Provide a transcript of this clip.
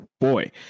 boy